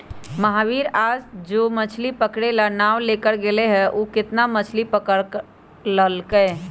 महावीर आज जो मछ्ली पकड़े ला नाव लेकर गय लय हल ऊ कितना मछ्ली पकड़ कर लल कय?